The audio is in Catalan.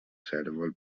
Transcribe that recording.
cérvol